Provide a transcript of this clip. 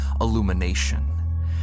illumination